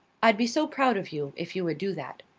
i'd be so proud of you, if you would do that.